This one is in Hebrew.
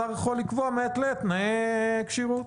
השר יכול לקבוע מעת לעת תנאי כשירות.